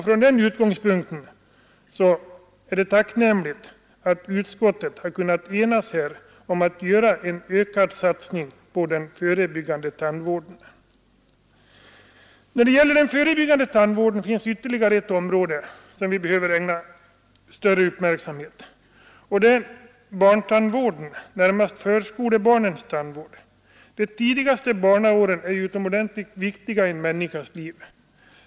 Från den utgångspunkten är det tacknämligt att utskottet kunnat enas om en ökad satsning på den förebyggande tandvården. När det gäller den förebyggande tandvården finns ytterligare ett område som vi behöver ägna större uppmärksamhet. Det är barntandvården, närmast förskolebarnens tandvård. De tidigaste barnaåren är ju utomordentligt viktiga i en människas liv.